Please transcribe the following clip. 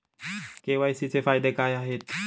KYC चे फायदे काय आहेत?